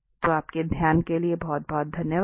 तो आपके ध्यान के लिए बहुत बहुत धन्यवाद